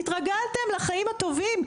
התרגלתם לחיים הטובים,